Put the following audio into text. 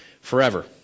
forever